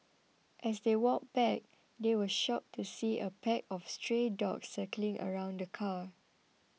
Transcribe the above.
as they walked back they were shocked to see a pack of stray dogs circling around the car